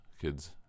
kids